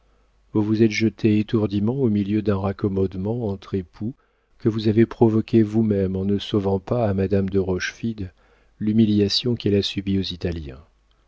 vous vous êtes jeté fort étourdiment au milieu d'un raccommodement entre époux que vous avez provoqué vous-même en ne sauvant pas à madame de rochefide l'humiliation qu'elle a subie aux italiens